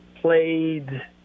played